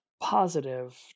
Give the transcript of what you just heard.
positive